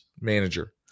manager